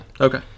Okay